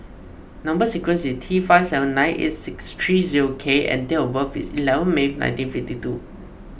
Number Sequence is T five seven nine eight six three zero K and date of birth is eleven May nineteen fifty two